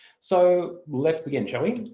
so let's begin, shall we?